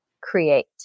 create